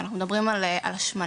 כשאנחנו מדברים על השמנה,